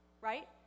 right